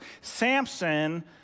Samson